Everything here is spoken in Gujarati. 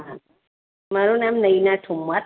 હા મારું નામ નયના ઠુમ્મર